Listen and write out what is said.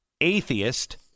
atheist